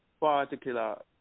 particular